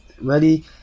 ready